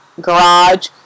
garage